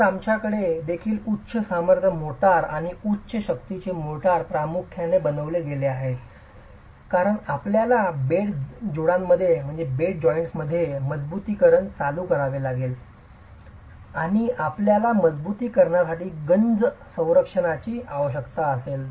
आज आमच्याकडे देखील उच्च सामर्थ्य मोर्टार आणि उच्च शक्तीचे मोर्टार प्रामुख्याने बनविलेले आहेत कारण आपल्याला बेड जोडांमध्ये मजबुतीकरण लागू करावे लागेल आणि आपल्याला मजबुतीकरणासाठी गंज संरक्षणाची आवश्यकता असेल